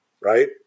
right